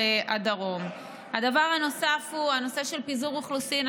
הדבר הנוסף הוא הנושא של פיזור אוכלוסין.